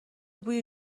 بوی